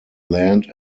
land